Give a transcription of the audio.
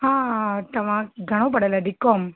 हा तव्हां घणो पढ़ियल आहियो बीकॉम